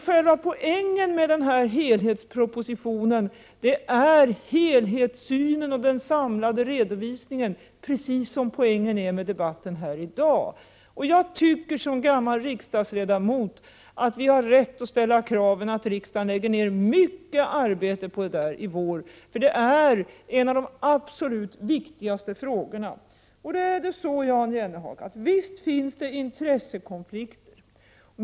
Själva poängen med den här helhetspropositionen är helhetssynen och den samlade redovisningen, liksom det är poängen med debatten här i dag. Som gammal riksdagsledamot tycker jag att vi har rätt att ställa krav på att riksdagen lägger ned mycket arbete på detta i vår, eftersom det är en av de absolut viktigaste frågorna. Jan Jennehag! Visst finns det intressekonflikter.